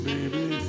Baby